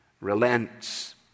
relents